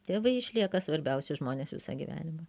tėvai išlieka svarbiausi žmonės visą gyvenimą